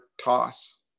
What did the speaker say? Toss